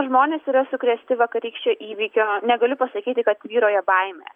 žmonės yra sukrėsti vakarykščio įvykio negaliu pasakyti kad tvyroja baimė